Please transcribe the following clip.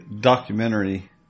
documentary